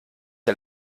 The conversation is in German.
der